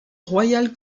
royal